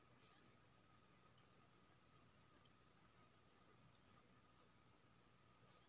कद्दू के गाछ बर होय के बाद लत्ती मुरझाय लागे छै ओकरा रोके के उपाय कि होय है?